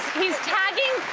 he's tagging,